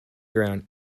ground